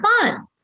fun